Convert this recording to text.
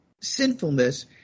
sinfulness